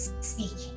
speaking